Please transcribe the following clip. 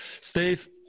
Steve